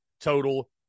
total